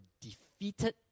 defeated